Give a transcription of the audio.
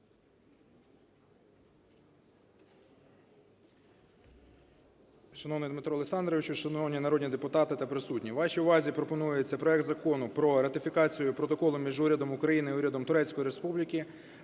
Дмитре Олександровичу, шановні народні депутати та присутні! Вашій увазі пропонується проект Закону про ратифікацію Протоколу між Урядом України і Урядом Турецької Республіки